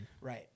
Right